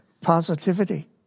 positivity